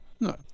No